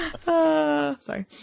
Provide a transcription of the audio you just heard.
Sorry